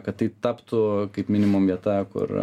kad tai taptų kaip minimum vieta kur